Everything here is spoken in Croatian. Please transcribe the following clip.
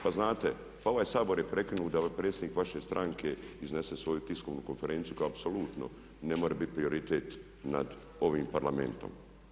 Pa znate, ovaj Sabor je prekinut da predsjednik Vaše stranke iznese svoju tiskovnu konferenciju koja apsolutno ne mora biti prioritet nad ovim parlamentom.